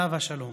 עליו השלום.